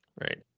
right